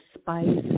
spice